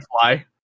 fly